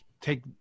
take